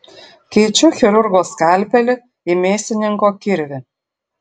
keičiu chirurgo skalpelį į mėsininko kirvį